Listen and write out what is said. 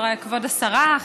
כבוד השרה,